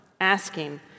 asking